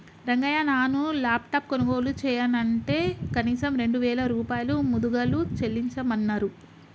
రంగయ్య నాను లాప్టాప్ కొనుగోలు చెయ్యనంటే కనీసం రెండు వేల రూపాయలు ముదుగలు చెల్లించమన్నరు